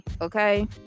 okay